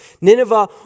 Nineveh